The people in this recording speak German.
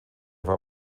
war